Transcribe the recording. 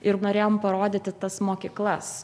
ir norėjom parodyti tas mokyklas